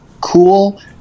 cool